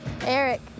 Eric